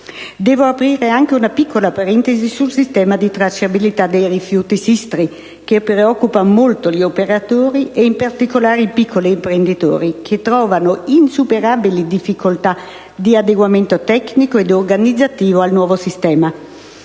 Devo aprire anche una piccola parentesi sul sistema di tracciabilità dei rifiuti SISTRI, che preoccupa molto gli operatori ed in particolar modo i piccoli imprenditori, che trovano insuperabili difficoltà di adeguamento tecnico ed organizzativo al nuovo sistema.